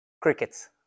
Crickets